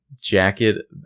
jacket